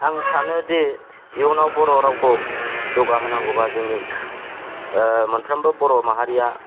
आं सानोदि इउनाव बर' रावखौ जौगाहोनांगौबा जोङो मोनफ्रामबो बर' माहारिया